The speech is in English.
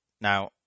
Now